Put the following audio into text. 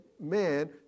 man